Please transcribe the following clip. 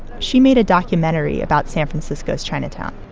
she made a documentary about san francisco's chinatown.